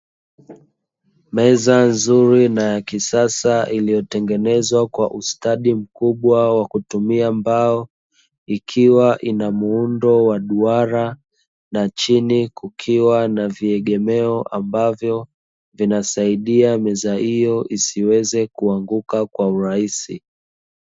Meza nzuri na ya kisasa iliyotengenezwa kwa ustadi mkubwa wa kutumia mbao, ikiwa ina muundo wa duara na chini kukiwa na viegemeo ambavyo vinasaidia meza hiyo isiweze kuanguka kwa urahisi.